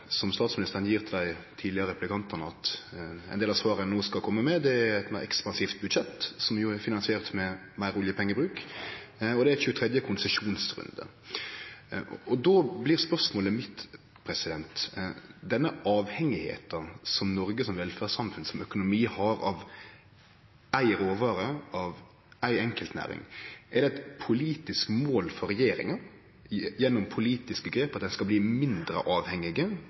ein no skal kome med, er eit meir ekspansivt budsjett, som er finansiert med meir oljepengebruk, og det er 23. konsesjonsrunde. Då blir spørsmålet mitt: Når Noreg som velferdssamfunn, som økonomi, er så avhengig av éi råvare, av éi enkeltnæring – er det eit politisk mål for regjeringa, gjennom politiske grep, at ein skal bli mindre